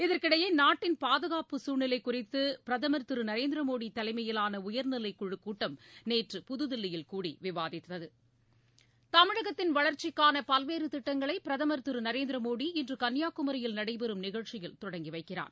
இதற்கிடையே நாட்டின் பாதுகாப்பு சூழ்நிலை குறித்து பிரதமர் திரு நரேந்திர மோடி தலைமையிலான உயர்நிலைக்குழு கூட்டம் நேற்று புதுதில்லியில் கூடி விவாதித்தது தமிழகத்தின் வளர்ச்சிக்கான பல்வேறு திட்டங்களை பிரதமர் திரு நரேந்தி மோடி இன்று கன்னியாகுமரியில் நடைபெறும் நிகழ்ச்சியில் தொடங்கி வைக்கிறார்